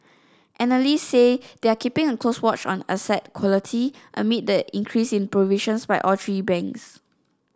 analysts said they are keeping a close watch on asset quality amid the increase in provisions by all three banks